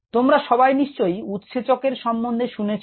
তোমরা সবাই নিশ্চয়ই উৎসেচক এর সম্বন্ধে কিছু শুনেছো